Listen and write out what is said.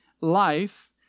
life